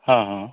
ହଁ ହଁ